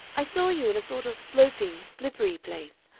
i saw you in a sort of sloping, slippery place,